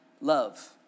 love